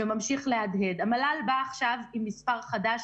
זה ממשיך להדהד: המל"ל בא עכשיו עם מספר חדש,